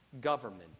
government